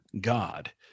God